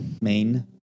Main